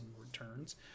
returns